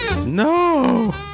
No